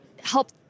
help